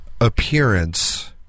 appearance